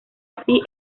así